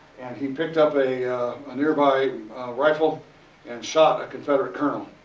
and he picked up a a nearby rifle and shot a confederate colonel.